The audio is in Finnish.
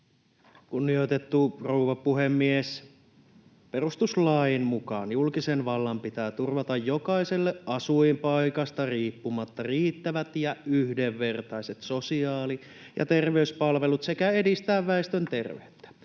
Kunnioitettu rouva puhemies! Perustuslain mukaan julkisen vallan pitää turvata jokaiselle asuinpaikasta riippumatta riittävät ja yhdenvertaiset sosiaali- ja terveyspalvelut sekä edistää väestön terveyttä.